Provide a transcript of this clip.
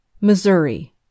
Missouri